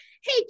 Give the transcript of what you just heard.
hey